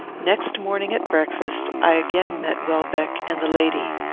next morning, at breakfast, i again met welbeck and the lady.